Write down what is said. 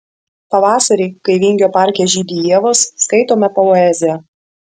pavasarį kai vingio parke žydi ievos skaitome poeziją